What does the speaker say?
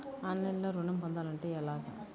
ఆన్లైన్లో ఋణం పొందాలంటే ఎలాగా?